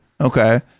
okay